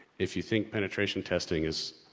if you think penetration testing has,